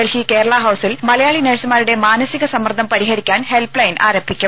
ഡൽഹി കേരള ഹൌസിൽ മലയാളി നഴ്സുമാരുടെ മാനസിക സമ്മർദ്ദം പരിഹരിക്കാൻ ഹെൽപ് ലൈൻ ആരംഭിക്കും